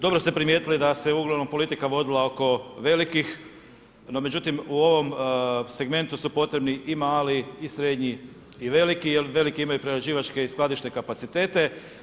Dobro ste primijetili da se uglavnom politika vodila oko velikih, no međutim u ovom segmentu su potrebni i mali i srednji i veliki jer veliki imaju prerađivačke i skladišne kapacitete.